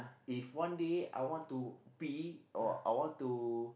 if one day I want to pee or I want to